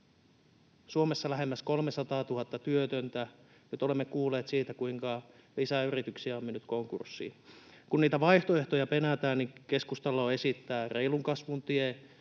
Suomessa on lähemmäs 300 000 työtöntä. Nyt olemme kuulleet siitä, kuinka lisää yrityksiä on mennyt konkurssiin. Kun niitä vaihtoehtoja penätään, niin keskustalla on esittää reilun kasvun tie,